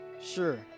Sure